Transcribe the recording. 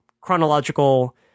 chronological